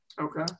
Okay